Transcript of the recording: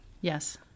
Yes